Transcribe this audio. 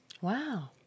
Wow